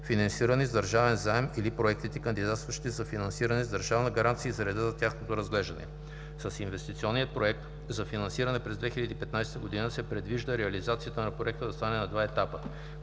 финансирани с държавен заем или проектите, кандидатстващи за финансиране с държавна гаранция, и за реда за тяхното разглеждане . С Инвестиционния проект за финансиране през 2015 г. се предвижда реализацията на Проекта да стане на два етапа: